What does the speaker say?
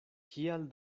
kial